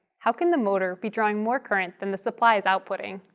how can the motor be drawing more current than the supply is outputting?